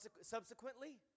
subsequently